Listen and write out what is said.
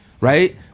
right